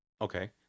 Okay